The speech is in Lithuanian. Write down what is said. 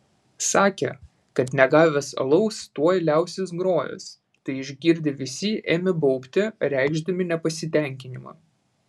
sakė kad negavęs alaus tuoj liausis grojęs tai išgirdę visi ėmė baubti reikšdami nepasitenkinimą